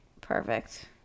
Perfect